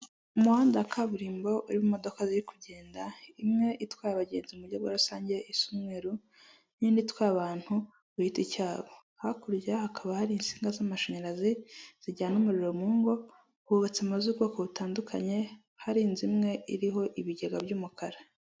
Umuhanda wa kaburimbo urimo imodoka ziri kugenda, imwe itwaye abagenzi mu buryo bwa rusange isa umweru n'indi itwaye abantu ku giti cyabo, hakurya hakaba hari insinga z'amashanyarazi zijyana umuriro mu ngo, hubatse amazu ubwoko butandukanye, hari inzu imwe iriho ibigega by'umukara.